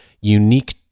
unique